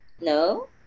No